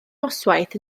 noswaith